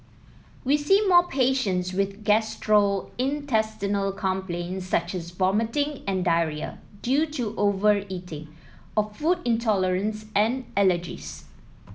we see more patients with gastrointestinal complaints such as vomiting and diarrhoea due to overeating or food intolerance and allergies